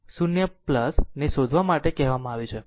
તેથી di dt 0 ને શોધવા માટે કહેવામાં આવ્યું છે